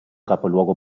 capoluogo